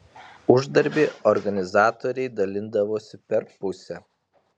uždarbį organizatoriai dalindavosi per pusę